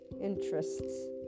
interests